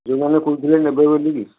ଯେଉଁମାନେ କହୁଥିଲେ ନେବେ ବୋଲିକି